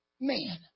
man